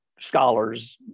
scholars